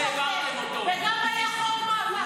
זה משהו אחר, וגם היה חוק מעבר.